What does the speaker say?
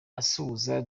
asuhuza